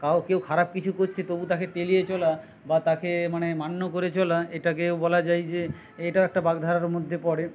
কাউকেও খারাপ কিছু করছে তবুও তাকে তেলিয়ে চলা বা তাকে মানে মান্য করে চলা এটাকেও বলা যায় যে এটাও একটা বাগধারার মধ্যে পড়ে